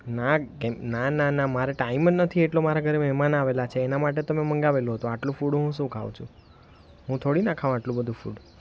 ના કે ના ના ના મારે ટાઈમ જ નથી એટલો મારે ઘરે મહેમાન આવેલા છે એના માટે તો મેં મંગાવેલું હતું આટલું ફૂડ હું શું ખાઉં છું હું થોડી ન ખાઉં આટલું બધું ફૂડ